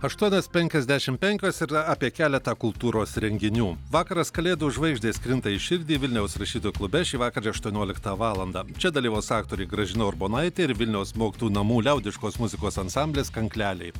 aštuonios penkiasdešim penkios ir apie keletą kultūros renginių vakaras kalėdų žvaigždės krinta į širdį vilniaus rašytojų klube šįvakar aštuonioliktą valandą čia dalyvaus aktoriai gražina urbonaitė ir vilniaus mokytojų namų liaudiškos muzikos ansamblis kankleliai